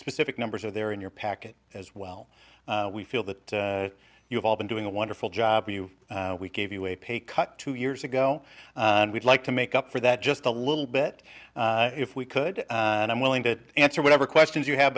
specific numbers are there in your package as well we feel that you've all been doing a wonderful job for you we gave you a pay cut two years ago and we'd like to make up for that just a little bit if we could and i'm willing to answer whatever questions you have